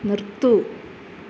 നിർത്തൂ